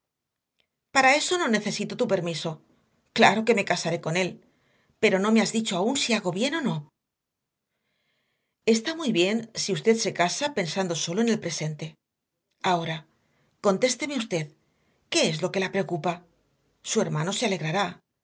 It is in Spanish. para eso no necesito tu permiso claro que me casaré con él pero no me has dicho aún si hago bien o no está muy bien si usted se casa pensando sólo en el presente ahora contésteme usted qué es lo que la preocupa su hermano se alegrará